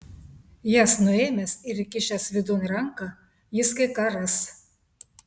jas nuėmęs ir įkišęs vidun ranką jis kai ką ras